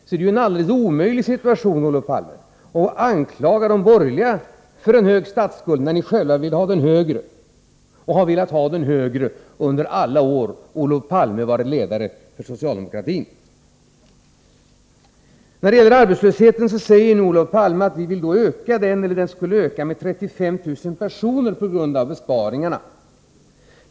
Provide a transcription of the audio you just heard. Det är ju ett alldeles omöjligt resonemang ni för, Olof Palme, när ni anklagar de borgerliga för en hög statsskuld, samtidigt som ni själva vill ha den högre och har velat det under alla år som Olof Palme varit ledare för socialdemokratin. Beträffande arbetslösheten säger Olof Palme att den med vår politik skulle öka med 35 000 personer på grund av besparingarna.